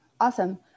Awesome